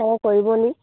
অঁ কৰিব নি